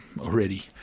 already